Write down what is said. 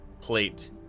plate